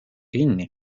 kinni